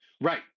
right